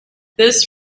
this